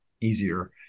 easier